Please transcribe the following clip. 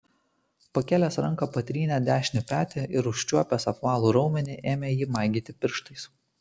pakėlęs ranką patrynė dešinį petį ir užčiuopęs apvalų raumenį ėmė jį maigyti pirštais